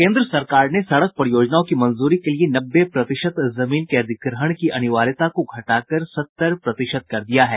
केन्द्र सरकार ने सड़क परियोजनाओं की मंजूरी के लिए नब्बे प्रतिशत जमीन के अधिग्रहण की अनिवार्यता को घटाकर सत्तर प्रतिशत कर दिया है